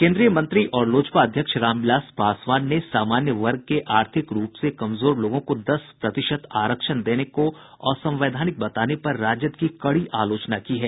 केंद्रीय मंत्री और लोजपा अध्यक्ष रामविलास पासवान ने सामान्य वर्ग के आर्थिक रूप से कमजोर लोगों को दस प्रतिशत आरक्षण देने को असंवैधानिक बताने पर राजद की आलोचना की है